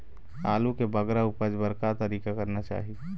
आलू के बगरा उपज बर का तरीका करना चाही?